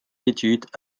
études